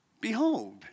Behold